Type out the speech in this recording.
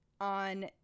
on